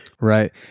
Right